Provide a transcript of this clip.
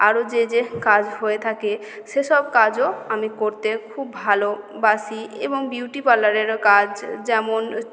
আরও যে যে কাজ হয়ে থাকে সেসব কাজও আমি করতে খুব ভালোবাসি এবং বিউটি পার্লারেরও কাজ যেমন